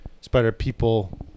Spider-People